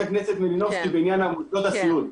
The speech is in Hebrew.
הכנסת מלינובסקי בעניין מוסדות הסיעוד.